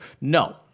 no